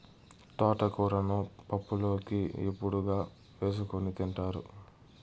తోటకూరను పప్పులోకి, ఏపుడుగా చేసుకోని తింటారు